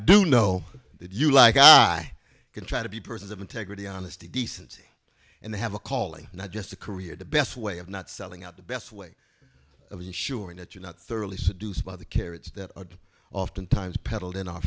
do know that you like i can try to be persons of integrity honesty decency and i have a calling not just a career the best way of not selling out the best way of ensuring that you're not thoroughly seduced by the carrots that oftentimes peddled in our